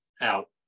out